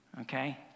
Okay